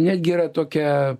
netgi yra tokia